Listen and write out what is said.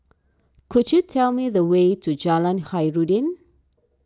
could you tell me the way to Jalan Khairuddin